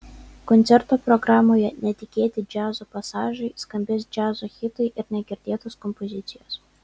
koncerto programoje netikėti džiazo pasažai skambės džiazo hitai ir negirdėtos kompozicijos